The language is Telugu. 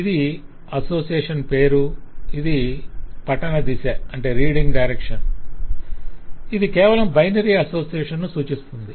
ఇది అసోసియేషన్ పేరు ఇది పఠన దిశ ఇది కేవలం బైనరీ అసోసియేషన్ను సూచిస్తుంది